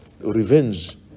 revenge